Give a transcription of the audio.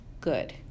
good